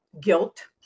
Guilt